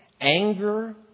anger